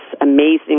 amazing